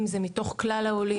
אם זה מתוך כלל העולים,